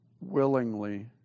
willingly